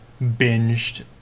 binged